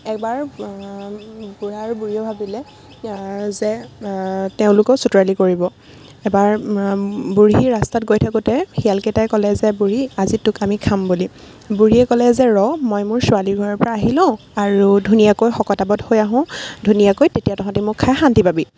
এবাৰ বুঢ়া আৰু বুঢ়ীয়ে ভাবিলে যে তেওঁলোকো চতুৰালি কৰিব এবাৰ বুঢ়ী ৰাস্তাত গৈ থাকোতে শিয়ালকেইটাই ক'লে যে বুঢ়ী আজি তোক আমি খাম বুলি বুঢ়ীয়ে ক'লে যে ৰ' মই মোৰ ছোৱালীৰ ঘৰৰ পৰা আহি লওঁ আৰু ধুনীয়াকৈ শকত আৱত হৈ আহোঁ ধুনীয়াকৈ তেতিয়া তহঁতে মোক খাই শান্তি পাবি